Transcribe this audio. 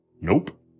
Nope